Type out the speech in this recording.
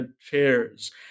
chairs